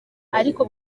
ariko